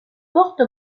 forte